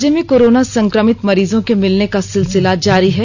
राज्य में कोरोना संक्रमित मरीजों के मिलने का सिलसिला जारी है